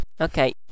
Okay